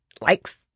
likes